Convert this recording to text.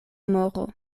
moro